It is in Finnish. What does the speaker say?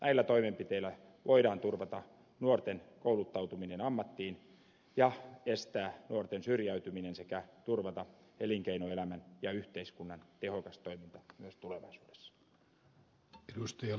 näillä toimenpiteillä voidaan turvata nuorten kouluttautuminen ammattiin ja estää nuorten syrjäytyminen sekä turvata elinkeinoelämän ja yhteiskunnan tehokas toiminta myös tulevaisuudessa